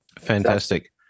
Fantastic